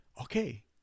okay